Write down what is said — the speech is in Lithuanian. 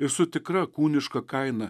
esu tikra kūniška kaina